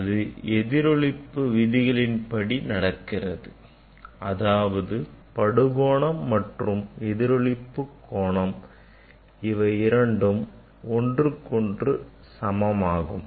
அது எதிரொளிப்பு விதிகளின்படி நடக்கிறது அதாவது படுகோணம் மற்றும் எதிரொளிப்பு கோணம் இவையிரண்டும் ஒன்றுக்கு ஒன்று சமமாகும்